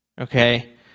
okay